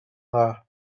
dda